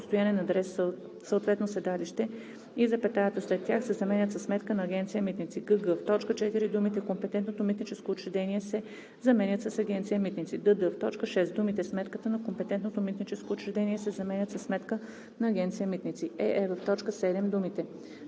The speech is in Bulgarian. постоянен адрес, съответно седалище“ и запетаята след тях се заменят със „сметка на Агенция „Митници“; гг) в т. 4 думите „компетентното митническо учреждение“ се заменят с „Агенция „Митници“; дд) в т. 6 думите „сметката на компетентното митническо учреждение“ се заменят със „сметка на Агенция „Митници“; ее) в т. 7 думите